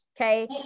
okay